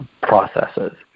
processes